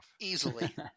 easily